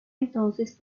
entonces